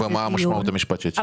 ומה המשמעות המשפטית של זה?